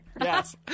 Yes